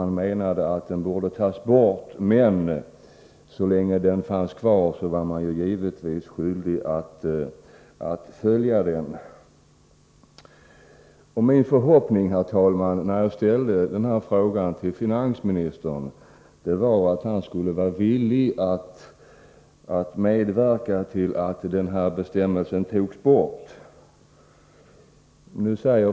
Han menar att den borde tas bort, men så länge den finns kvar är man givetvis skyldig att följa den. Min förhoppning, herr talman, när jag ställde frågan till finansministern var att han skulle vara villig att medverka till att den här bestämmelsen togs bort.